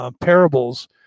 parables